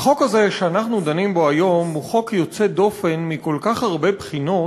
החוק הזה שאנחנו דנים בו היום הוא חוק יוצא דופן מכל כך הרבה בחינות,